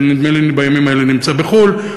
שנדמה לי שבימים אלה נמצא בחו"ל.